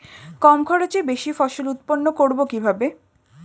কম খরচে বেশি ফসল উৎপন্ন করব কিভাবে?